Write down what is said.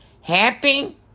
happy